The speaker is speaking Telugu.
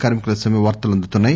కార్సి కుల సమ్మె వార్తలు అందుతున్నాయి